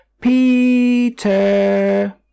Peter